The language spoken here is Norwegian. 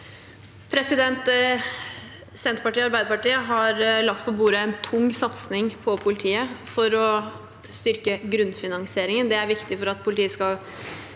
Senterpartiet og Arbeiderpartiet har lagt på bordet en tung satsing på politiet for å styrke grunnfinansieringen. Det er viktig for at politiet skal